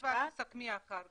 אני אתייחס ואת תסכמי אחר כך.